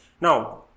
Now